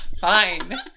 Fine